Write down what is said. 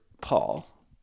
Paul